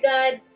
God